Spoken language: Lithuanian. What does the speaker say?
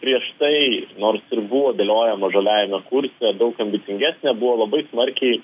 prieš tai nors ir buvo dėliojama žaliajame kurse daug ambicingesnė buvo labai smarkiai